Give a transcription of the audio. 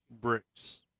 bricks